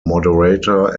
moderator